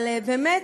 אבל באמת,